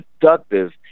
productive